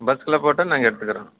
பஸ்ஸில் போட்டால் நாங்கள் எடுத்துக்கிறோம்